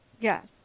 Yes